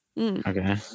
Okay